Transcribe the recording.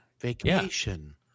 Vacation